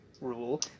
rule